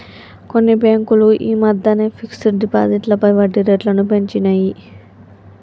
కొన్ని బ్యేంకులు యీ మద్దెనే ఫిక్స్డ్ డిపాజిట్లపై వడ్డీరేట్లను పెంచినియ్